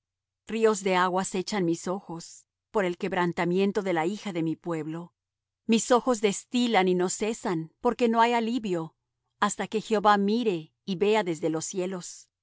ríos de aguas echan mis ojos por el quebrantamiento de la hija de mi pueblo mis ojos destilan y no cesan porque no hay alivio hasta que jehová mire y vea desde los cielos